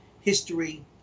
history